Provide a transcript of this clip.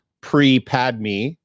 pre-Padme